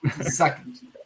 Second